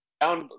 Down